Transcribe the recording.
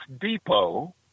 Depot